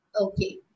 Okay